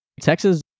Texas